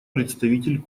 представитель